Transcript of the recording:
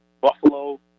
Buffalo